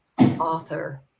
author